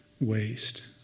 waste